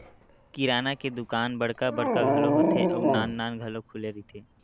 किराना के दुकान बड़का बड़का घलो होथे अउ नान नान घलो खुले रहिथे